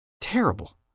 terrible